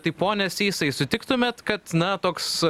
tai pone sysai sutiktumėt kad na toks